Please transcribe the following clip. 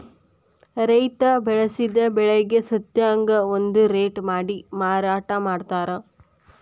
ರೈತಾ ಬೆಳಸಿದ ಬೆಳಿಗೆ ಸಂತ್ಯಾಗ ಒಂದ ರೇಟ ಮಾಡಿ ಮಾರಾಟಾ ಮಡ್ತಾರ